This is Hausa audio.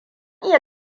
iya